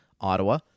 Ottawa